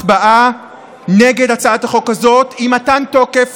הצבעה נגד הצעת החוק הזאת היא מתן תוקף